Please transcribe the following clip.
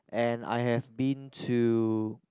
and I have been to